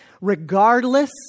Regardless